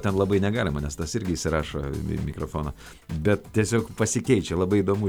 ten labai negalima nes tas irgi įsirašo į mikrofoną bet tiesiog pasikeičia labai įdomu